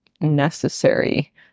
necessary